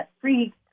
free